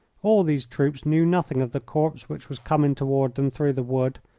all these troops knew nothing of the corps which was coming toward them through the wood,